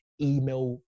email